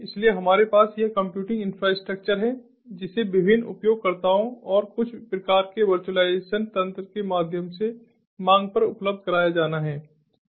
इसलिए हमारे पास यह कंप्यूटिंग इन्फ्रास्ट्रक्चर है जिसे विभिन्न उपयोगकर्ताओं को कुछ प्रकार के वर्चुअलाइजेशन तंत्र के माध्यम से मांग पर उपलब्ध कराया जाना है